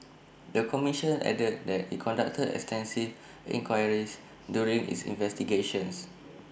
the commission added that IT conducted extensive inquiries during its investigations